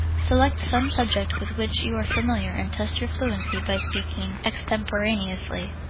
select some subject with which you are familiar and test your fluency by speaking extemporaneously.